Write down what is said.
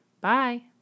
Bye